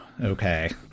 okay